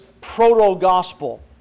Proto-Gospel